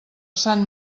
sant